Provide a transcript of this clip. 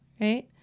right